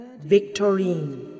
Victorine